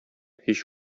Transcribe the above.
һич